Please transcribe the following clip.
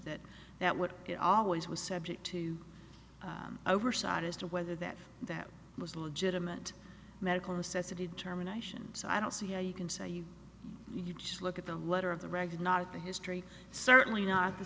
that that what it always was subject to oversight as to whether that that was legitimate medical necessity determination so i don't see how you can say you you just look at the letter of the record not the history certainly not the